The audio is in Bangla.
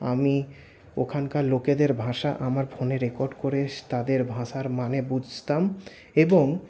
আমি ওখানকার লোকেদের ভাষা আমার ফোনে রেকর্ড করে তাদের ভাষার মানে বুঝতাম এবং